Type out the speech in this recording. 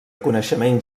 coneixement